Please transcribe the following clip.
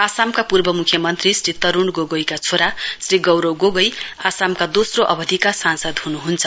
आसामका पूर्व मुख्यमन्त्री श्री तरूण गोगाईका छोरा श्री गौरब गोगाई आसामका दोस्रो अवधिका सांसद हन्हन्छ